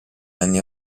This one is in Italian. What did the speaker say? anni